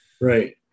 Right